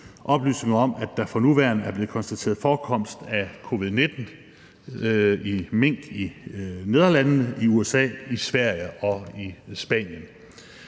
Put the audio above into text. oplysninger om, at der for nuværende er blevet konstateret forekomst af covid-19 i mink i Nederlandene, i USA, i Sverige og i Spanien.